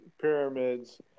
pyramids